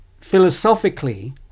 philosophically